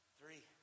three